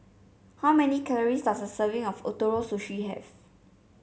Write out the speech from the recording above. how many calories does a serving of Ootoro Sushi have